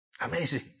Amazing